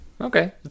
okay